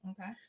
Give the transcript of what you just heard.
Okay